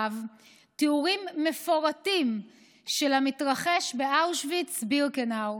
תיאורים מפורטים של המתרחש באושוויץ-בירקנאו,